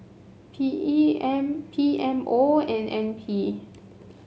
P E M P M O and N P